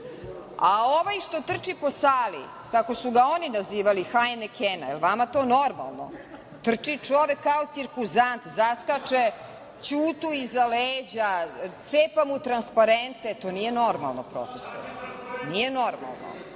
njega. Ovaj što trči po sali, kako su ga oni nazivali Hajnekena, jel vama to normalno, trči čovek kao cirkuzant, zaskače Ćutu iza leđa, cepa mu transparente. To nije normalno, profesore. Nije normalno. Dakle,